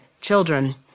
children